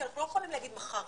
כי אנחנו לא יכולים להגיד מחר,